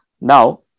Now